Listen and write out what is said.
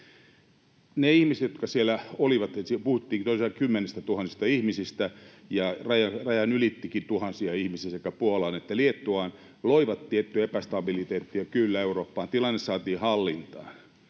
Ne ihmiset, jotka siellä olivat — puhuttiin tosiaan kymmenistätuhansista ihmisistä, ja rajan ylittikin tuhansia ihmisiä sekä Puolaan että Liettuaan — loivat kyllä tiettyä epästabiliteettia Eurooppaan. Tilanne saatiin hallintaan,